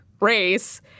race